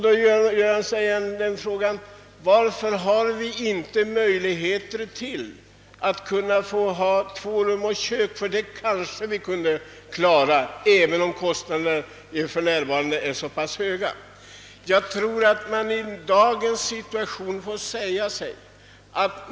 Varför får inte de unga möjlighet att hyra två rum och kök; det kanske de kunde klara även om kostnaderna för en tvårumslägenhet också är mycket höga?